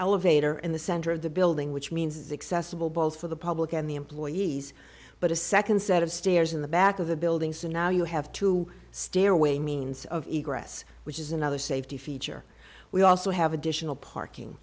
elevator in the center of the building which means accessible both for the public and the employees but a second set of stairs in the back of the building so now you have to stairway means of us which is another safety feature we also have additional parking